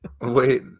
Wait